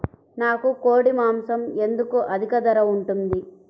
నాకు కోడి మాసం ఎందుకు అధిక ధర ఉంటుంది?